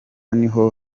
niho